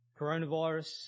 coronavirus